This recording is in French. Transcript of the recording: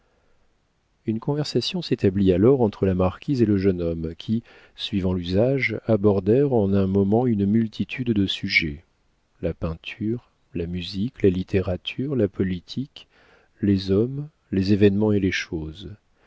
une conversation s'établit alors entre la marquise et le jeune homme qui suivant l'usage abordèrent en un moment une multitude de sujets la peinture la musique la littérature la politique les hommes les événements et les choses